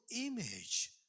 image